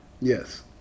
Yes